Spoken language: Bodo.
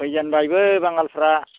फैजेनबायबो बांगालफ्रा